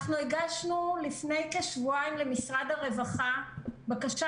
אנחנו הגשנו לפני כשבועיים למשרד הרווחה בקשה